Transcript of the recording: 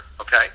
okay